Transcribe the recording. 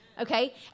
Okay